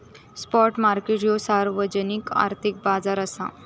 spot market ह्यो सार्वजनिक आर्थिक बाजार असा